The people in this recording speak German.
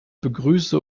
begrüße